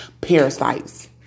parasites